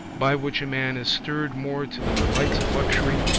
by which a man is stirred more to the delights of luxury,